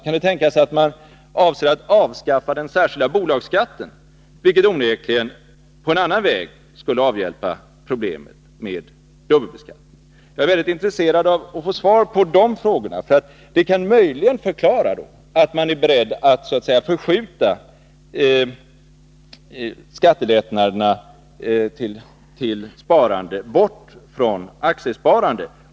Kan det tänkas att man avser att avskaffa den särskilda bolagsskatten, vilket onekligen på annan väg skulle avhjälpa problemet med dubbelbeskattningen? Jag är väldigt intresserad av att få svar på dessa frågor. Att manii stället vill göra något annat kan ju möjligen vara en förklaring till att man är beredd att så att säga förskjuta skattelättnaderna för sparandet bort från aktiesparandet.